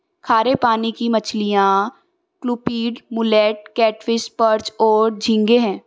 खारे पानी की मछलियाँ क्लूपीड, मुलेट, कैटफ़िश, पर्च और झींगे हैं